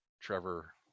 Trevor